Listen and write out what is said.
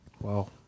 Wow